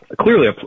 clearly